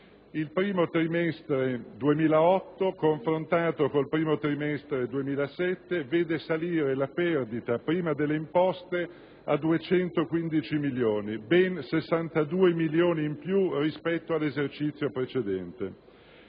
Il primo trimestre 2008, confrontato con il primo trimestre 2007, vede salire la perdita prima delle imposte a 215 milioni, ben 62 milioni in più rispetto all'esercizio precedente.